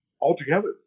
altogether